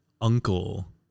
uncle